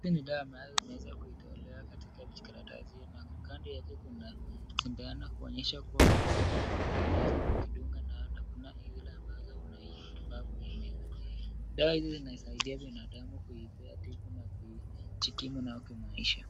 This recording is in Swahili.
Dawa ambazo zimeweza kutolewa katika kijikaratasi na kando kuna sindano kuonyesha kuwa kuna zile ambazo unaweza kujindunga na kuna zile ambazo unafaa kuimeza. Zinasaidia binadamu kuipea tibu na kujikimu nayo kimaisha.